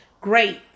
great